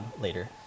later